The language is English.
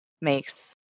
makes